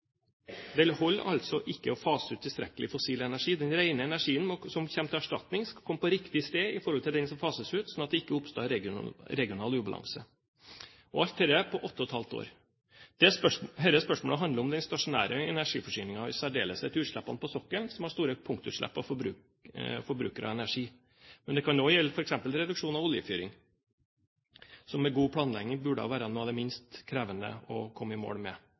Det holder altså ikke å fase ut tilstrekkelig fossil energi. Den rene energien som kommer til erstatning, skal komme på riktig sted i forhold til den som fases ut, slik at det ikke oppstår regional ubalanse. Og alt dette på åtte og et halvt år. Dette spørsmålet handler om den stasjonære energiforsyningen, og i særdeleshet om utslippene på sokkelen, som har store punktutslipp og forbrukere av energi. Men det kan også gjelde f.eks. reduksjon av oljefyring, som med god planlegging burde være noe av det minst krevende å komme i mål med.